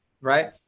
right